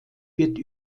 wird